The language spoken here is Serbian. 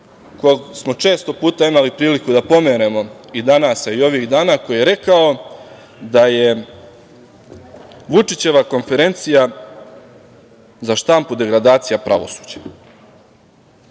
kog smo često puta imali priliku da pomenemo i danas, a i ovih dana, koji je rekao da je Vučićeva konferencija za štampu degradacija pravosuđa. Naravno,